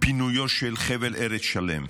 פינויו של חבל ארץ שלם,